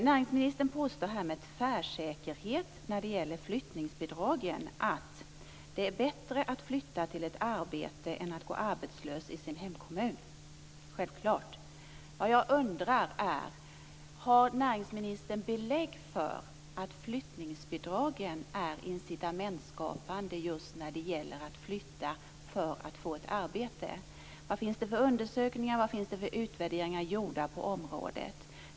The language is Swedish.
Näringsministern påstår med tvärsäkerhet när det gäller flyttningsbidragen att "det är bättre att flytta till ett arbete än att gå arbetslös i sin hemkommun". Vad jag undrar är: Har näringsministern belägg för att flyttningsbidragen är incitamentsskapande just när det gäller att flytta för att få ett arbete? Vilka undersökningar och utvärderingar har gjorts på området?